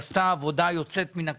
היא עשתה עבודה יוצאת מן הכלל.